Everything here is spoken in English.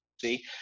see